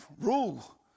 rule